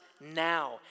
Now